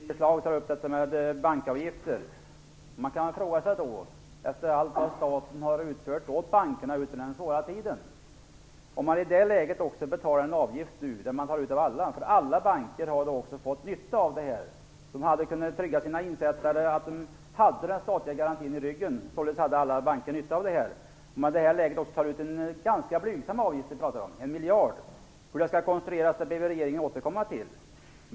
Herr talman! Birger Schlaug tog upp frågan om bankavgifter. Staten har ju gjort en del för bankerna under den svåra tiden. Nu talar man om att ta ut en avgift av alla. Det är en avgift som alla banker har fått nytta av. Deras insättare har kunnat känna sig trygga genom att de haft den statliga garantin. Det är en ganska blygsam avgift vi talar om, en miljard. Hur det hela skall konstrueras ber vi regeringen återkomma till.